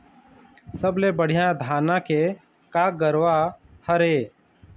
सबले बढ़िया धाना के का गरवा हर ये?